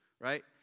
Right